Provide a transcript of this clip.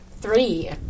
Three